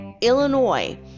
Illinois